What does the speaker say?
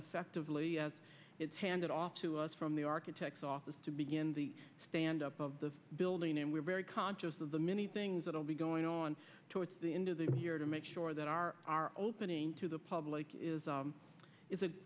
affectively as it's handed off to us from the architect's office to begin the stand up of the building and we are very conscious of the many things that will be going on towards the end of the here to make sure that our our opening to the public is